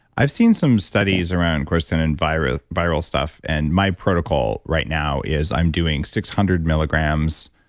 i've seen some studies around quercetin and viral viral stuff, and my protocol right now is i'm doing six hundred milligrams.